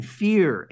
fear